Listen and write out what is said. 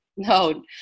no